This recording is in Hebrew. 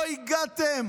לא הגעתם